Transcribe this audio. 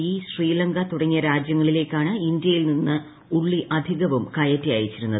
E ശ്രീല്ക്ക് തുടങ്ങിയ രാജ്യങ്ങളിലേക്കാണ് ഇന്ത്യയിൽ നീസ്റ്റ് ഉള്ളി അധികവും കയറ്റി അയച്ചിരുന്നത്